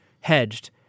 hedged